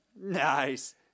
Nice